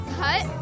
cut